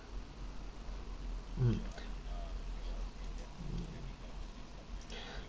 mm